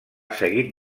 seguit